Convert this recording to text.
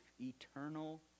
Eternal